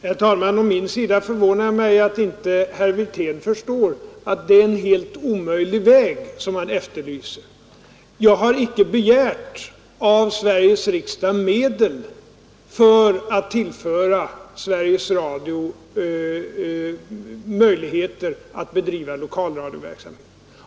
Herr talman! Det förvånar mig å min sida att inte herr Wirtén förstår att det är en helt orimlig väg som han vill att vi skall gå. Jag har av Sveriges riksdag inte begärt medel för att tillföra Sveriges Radio möjligheter att bedriva lokalradioverksamhet.